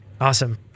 Awesome